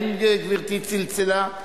האם גברתי צלצלה?